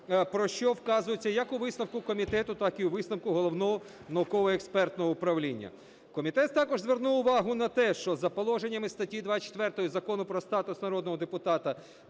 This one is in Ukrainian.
про що вказується як у висновку комітету, так і у висновку Головного науково-експертного управління. Комітет також звернув увагу на те, що за положеннями статті 24 Закону про статус народного депутата